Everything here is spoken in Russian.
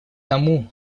тому